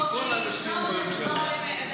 מכל האנשים בממשלה,